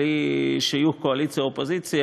בלי שיהיו קואליציה אופוזיציה,